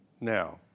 Now